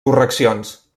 correccions